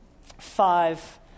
five